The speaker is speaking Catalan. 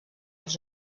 els